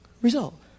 result